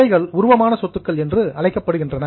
இவைகள் உருவமான சொத்துக்கள் என்று அழைக்கப்படுகின்றன